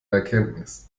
erkenntnis